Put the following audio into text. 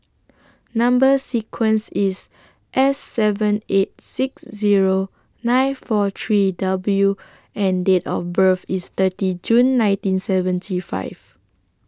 Number sequence IS S seven eight six Zero nine four three W and Date of birth IS thirty June nineteen seventy five